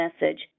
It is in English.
message